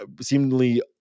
seemingly